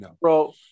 Bro